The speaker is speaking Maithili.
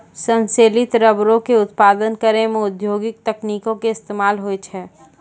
संश्लेषित रबरो के उत्पादन करै मे औद्योगिक तकनीको के इस्तेमाल होय छै